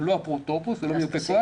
הוא לא אפוטרופוס, הוא לא מיופה כוח.